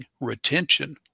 retention